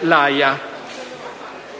l'AIA.